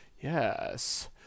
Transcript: Yes